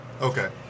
okay